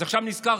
אז עכשיו נזכרתם.